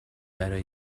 برای